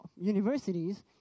universities